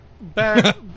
Back